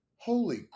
holy